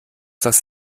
das